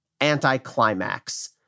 anticlimax